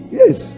yes